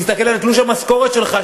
תסתכל על תלוש המשכורת שלך,